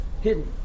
hidden